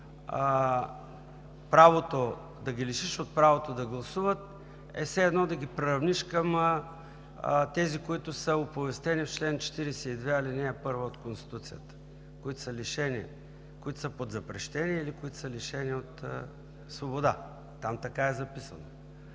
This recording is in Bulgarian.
Защото да ги лишиш от правото да гласуват, е все едно да ги приравниш към тези, които са оповестени в чл. 42, ал. 1 от Конституцията – които са под запрещение или които са лишени от свобода. Там така е записано.